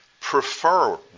Prefer